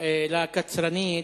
לקצרנית,